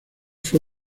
fue